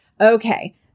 Okay